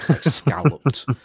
scalloped